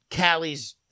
Callie's